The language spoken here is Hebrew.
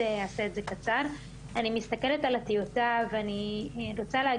אנחנו נשמח לקבל מקרים שבהם הסעיפים הקיימים לא נתנו מענה,